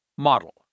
model